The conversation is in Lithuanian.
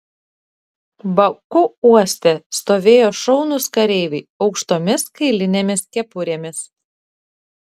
baku uoste stovėjo šaunūs kareiviai aukštomis kailinėmis kepurėmis